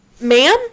Ma'am